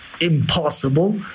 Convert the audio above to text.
impossible